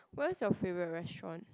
where's your favourite restaurant